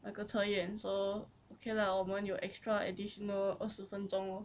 那个测验 so okay lah 我们有 extra additional 二十分钟 lor